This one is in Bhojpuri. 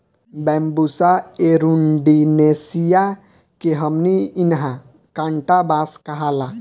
बैम्बुसा एरुण्डीनेसीया के हमनी इन्हा कांटा बांस कहाला